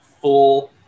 full